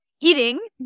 eating